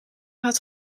had